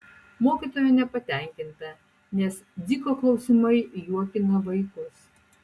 mokytoja nepatenkinta nes dziko klausimai juokina vaikus